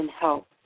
help